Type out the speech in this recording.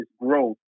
growth